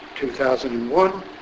2001